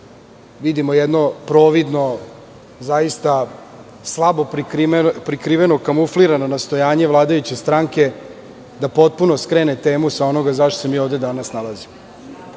vidimo jedno providno, slabo prikriveno, kamuflirano nastojanje vladajuće stranke da potpuno skrene temu sa onoga zašta se mi ovde danas nalazimo,